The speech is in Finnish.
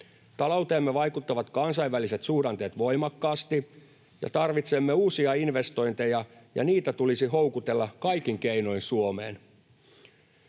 Talouteemme vaikuttavat kansainväliset suhdanteet voimakkaasti, ja tarvitsemme uusia investointeja, ja niitä tulisi houkutella kaikin keinoin Suomeen.